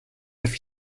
have